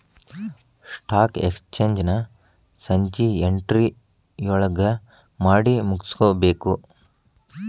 stock exchange ನ ಸಂಜಿ ಎಂಟ್ರೊಳಗಮಾಡಿಮುಗ್ಸ್ಬೇಕು